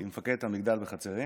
היא מפקדת המגדל בחצרים.